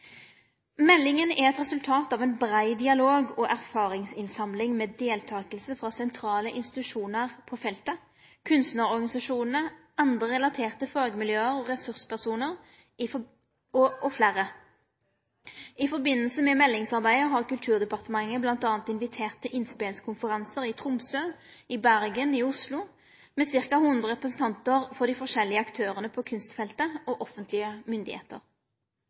Meldinga er eit resultat av ein brei dialog og erfaringsinnsamling med deltaking frå sentrale institusjonar på feltet – kunstnarorganisasjonane, andre relaterte fagmiljø og ressurspersonar og fleire. I samband med meldingsarbeidet har Kulturdepartementet bl.a. invitert til innspelskonferansar i Tromsø, Bergen og Oslo med ca. 100 representantar for dei forskjellige aktørane på kunstfeltet og offentlege